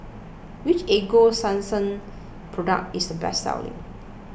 which Ego Sunsense Product is the best selling